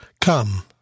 Come